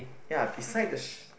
ya beside the